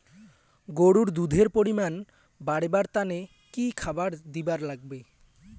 গরুর দুধ এর পরিমাণ বারেবার তানে কি খাবার দিবার লাগবে?